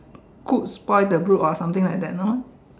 good boy the bull all something I don't noise